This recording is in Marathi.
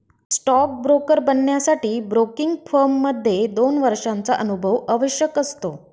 स्टॉक ब्रोकर बनण्यासाठी ब्रोकिंग फर्म मध्ये दोन वर्षांचा अनुभव आवश्यक असतो